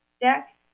deck